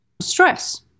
stress